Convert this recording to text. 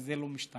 וזה לא משתנה.